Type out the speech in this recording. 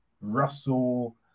Russell